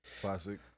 Classic